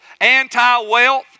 anti-wealth